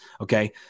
Okay